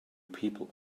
people